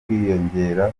kwiyongera